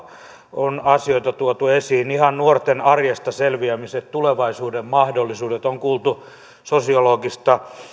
on asioita tuotu esiin ihan nuorten arjesta selviämiset tulevaisuuden mahdollisuudet on kuultu sosiologista